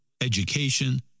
education